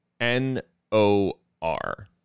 N-O-R